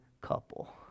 couple